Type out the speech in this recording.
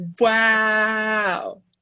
wow